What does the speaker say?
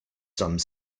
some